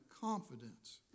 confidence